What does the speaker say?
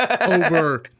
over